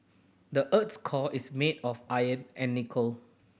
the earth's core is made of iron and nickel